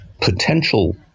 potential